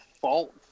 fault